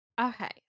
Okay